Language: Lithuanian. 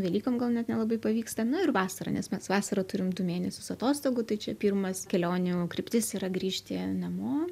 velykom gal net nelabai pavyksta nu ir vasarą nes mes vasarą turim du mėnesius atostogų tai čia pirmas kelionių kryptis yra grįžti namo